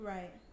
Right